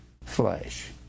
flesh